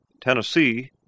Tennessee